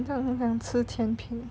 很像很想吃甜品